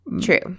True